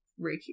Reiki